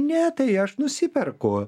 ne tai aš nusiperku